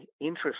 interest